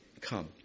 come